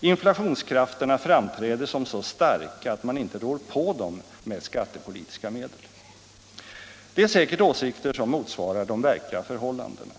Inflationskrafterna framträder som så starka att man inte rår på dem med skattepolitiska medel. Det är säkert åsikter som motsvarar de verkliga förhållandena.